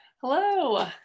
Hello